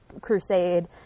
crusade